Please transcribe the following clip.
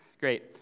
Great